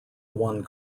one